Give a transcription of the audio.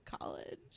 college